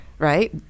Right